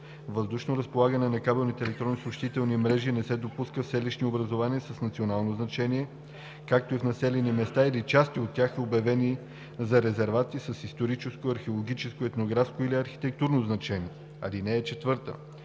Въздушно разполагане на кабелни електронни съобщителни мрежи не се допуска в селищни образувания с национално значение, както и в населени места или части от тях, обявени за резервати с историческо, археологическо, етнографско или архитектурно значение. (4) Наличието на